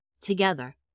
Together